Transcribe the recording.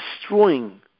destroying